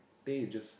teh is just